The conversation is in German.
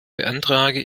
beantrage